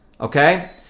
Okay